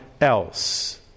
else